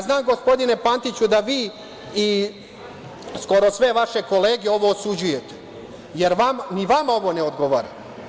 Znam, gospodine Pantiću, da vi i skoro sve vaše kolege ovo osuđujete, jer ni vama ovo ne odgovara.